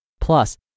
Plus